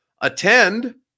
attend